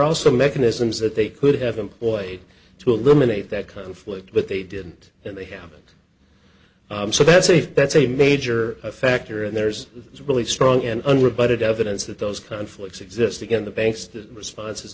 also mechanisms that they could have employed to eliminate that conflict but they didn't and they haven't so that's a that's a major factor and there's really strong and unrebutted evidence that those conflicts exist again the banks the responses